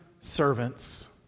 servants